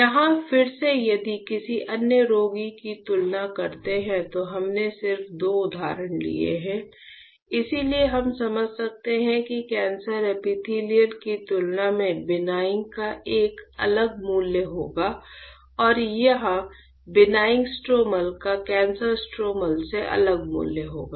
यहां फिर से यदि किसी अन्य रोगी की तुलना करते हैं तो हमने सिर्फ दो उदाहरण लिए हैं इसलिए हम समझ सकते हैं कि कैंसर एपिथेलियल की तुलना में बिनाइन का एक अलग मूल्य होगा और यहां बिनाइन स्ट्रोमल का कैंसर स्ट्रोमल से अलग मूल्य होगा